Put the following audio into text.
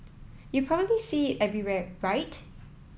you probably see it everywhere right